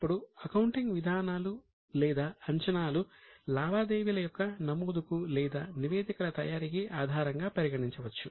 ఇప్పుడు అకౌంటింగ్ విధానాలు లేదా అంచనాలు లావాదేవీల యొక్క నమోదుకు లేదా నివేదికల తయారీకి ఆధారం గా పరిగణించవచ్చు